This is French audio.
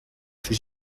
que